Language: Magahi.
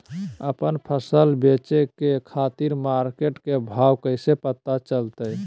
आपन फसल बेचे के खातिर मार्केट के भाव कैसे पता चलतय?